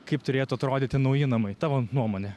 kaip turėtų atrodyti nauji namai tavo nuomone